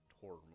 horror